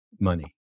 money